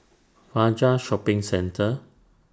Fajar Shopping Centre